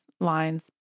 lines